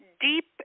deep